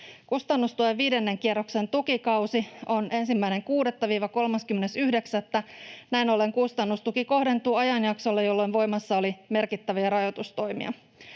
Kustannustuen viidennen kierroksen tukikausi on 1.6.—30.9. Näin ollen kustannustuki kohdentuu ajanjaksolle, jolloin voimassa oli merkittäviä rajoitustoimia.